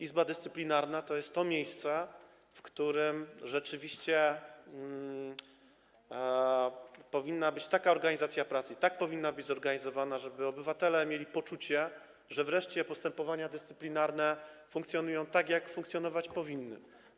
Izba Dyscyplinarna to jest to miejsce, w którym rzeczywiście powinna być taka organizacja pracy, tak powinna być ta praca zorganizowana, żeby obywatele mieli poczucie, że wreszcie postępowania dyscyplinarne funkcjonują tak, jak funkcjonować powinny.